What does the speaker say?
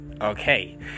okay